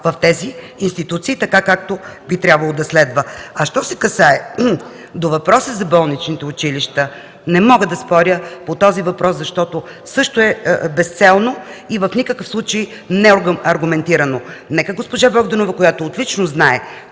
в тези институции, както би трябвало да следва. Що се касае до въпроса за болничните училища, не мога да споря по този въпрос, защото също е безцелно и в никакъв случай не е аргументирано. Нека госпожа Богданова, която отлично знае